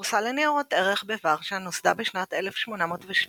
הבורסה לניירות ערך בוורשה נוסדה בשנת 1817